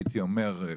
הייתי אומר,